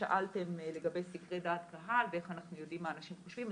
שאלתם לגבי סקרי דעת קהל ואיך אנחנו יודעים מה אנשים חושבים.